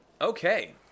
Okay